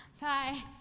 Bye